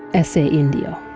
s a. india.